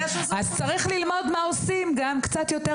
אז צריך ללמוד מה עושים גם קצת יותר